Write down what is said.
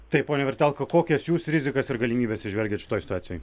taip pone vertelka kokias jūs rizikas ir galimybes įžvelgiat šitoj situacijoj